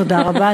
תודה רבה.